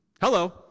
Hello